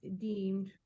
deemed